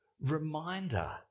reminder